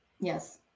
Yes